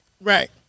Right